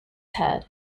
head